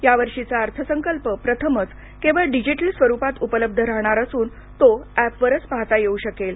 यावर्षीचा अर्थसंकल्प प्रथमच केवळ डिजिटल स्वरुपात उपलब्ध राहणार असून तो ऍपवरच पाहता येऊ शकेल